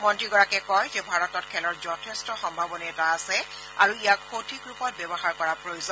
মন্ত্ৰীগৰাকীয়ে কয় যে ভাৰতত খেলৰ যথেষ্ট সম্ভাৱনীয়তা আছে আৰু ইয়াক সঠিক ৰূপত ব্যৱহাৰ কৰা প্ৰয়োজন